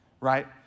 right